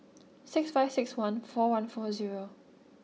six five six one four one four zero